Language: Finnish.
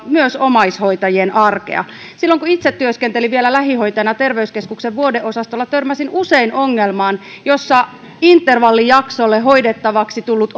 myös omaishoitajien arkea silloin kun itse työskentelin vielä lähihoitajana terveyskeskuksen vuodeosastolla törmäsin usein ongelmaan jossa intervallijaksolle hoidettavaksi tullut